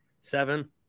Seven